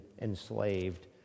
enslaved